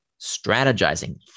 strategizing